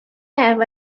have